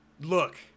Look